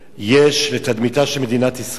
יש לתדמיתה של מדינת ישראל.